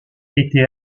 était